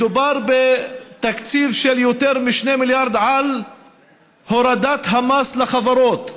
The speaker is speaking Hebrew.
מדובר בתקציב של יותר מ-2 מיליארד על הורדת המס לחברות,